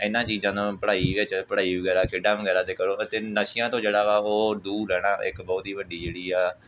ਇਹਨਾਂ ਚੀਜ਼ਾਂ ਨੂੰ ਪੜ੍ਹਾਈ ਵਿੱਚ ਪੜ੍ਹਾਈ ਵਗੈਰਾ ਖੇਡਾਂ ਵਗੈਰਾ ਤਾਂ ਕਰੋ ਅਤੇ ਨਸ਼ਿਆਂ ਤੋਂ ਜਿਹੜਾ ਵਾ ਉਹ ਦੂਰ ਰਹਿਣਾ ਇੱਕ ਬਹੁਤ ਹੀ ਵੱਡੀ ਜਿਹੜੀ ਆ